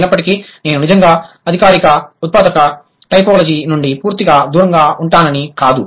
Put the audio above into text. అయినప్పటికీ నేను నిజంగా అధికారిక ఉత్పాదక టైపోలాజీ నుండి పూర్తిగా దూరంగా ఉంటానని కాదు